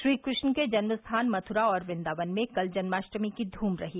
श्री कृष्ण के जन्म स्थान मधुरा और वृन्दावन में कल जन्माष्टमी की धूम रही